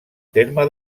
terme